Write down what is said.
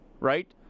right